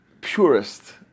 purest